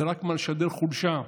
זה רק משדר חולשה.